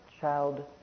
child